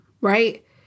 right